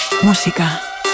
música